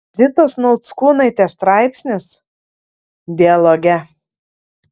zitos nauckūnaitės straipsnis dialoge